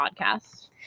podcast